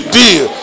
deal